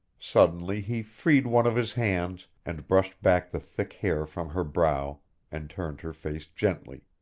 suddenly he freed one of his hands and brushed back the thick hair from her brow and turned her face gently,